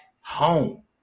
home